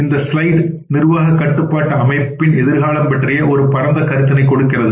இந்த ஸ்லைடு நிர்வாக கட்டுப்பாட்டு அமைப்பின் எதிர்காலம் பற்றிய ஒரு பரந்த கருத்தினை கொடுக்கின்றது